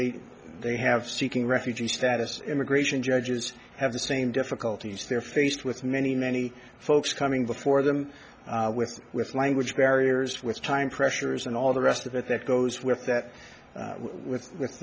they they have seeking refugee status immigration judges have the same difficulties they're faced with many many folks coming before them with with language barriers with time pressures and all the rest of it that goes with that with with